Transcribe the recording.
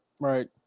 Right